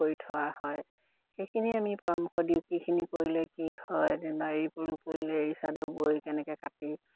কৰি থোৱা হয় সেইখিনি আমি পৰামৰ্শ দিওঁ কিখিনি কৰিলে কি হয়